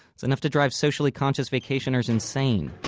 it's enough to drive socially conscious vacationers insane!